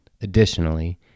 Additionally